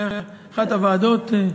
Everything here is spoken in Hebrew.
לאחת הוועדות.